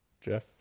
Jeff